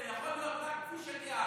זה יכול להיות רק כפי שציינתי.